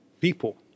people